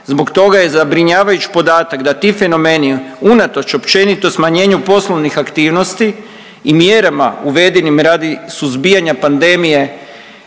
Zbog toga je zabrinjavajuć podatak da ti fenomeni unatoč općenito smanjenju poslovnih aktivnosti i mjerama uvedenim radi suzbijanja pandemije